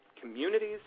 communities